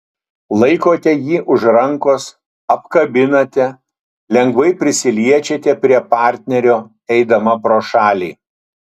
laikote jį už rankos apkabinate lengvai prisiliečiate prie partnerio eidama pro šalį